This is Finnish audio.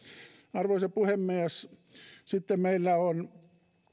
arvoisa puhemies sitten meillä on